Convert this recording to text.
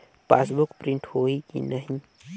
Passbook print होही कि नहीं?